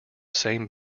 same